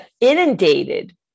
inundated